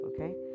okay